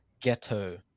ghetto